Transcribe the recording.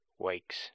Wakes